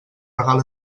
regal